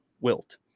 wilt